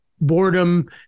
boredom